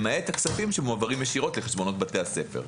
למעט הכספים שמועברים ישירות לחשבונות בתי הספר.